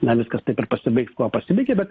na viskas taip ir pasibaigs kuo pasibaigė bet